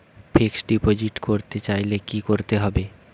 Fixed deposit করতে চাইলে কি করতে হবে?